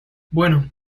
bueno